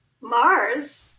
Mars